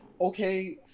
okay